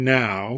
now